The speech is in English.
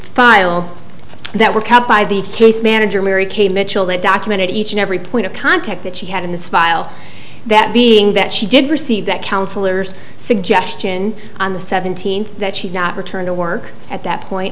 file that were kept by the case manager mary kay mitchell that documented each and every point of contact that she had in the spile that being that she did receive that counselors suggestion on the seventeenth that she not return to work at that point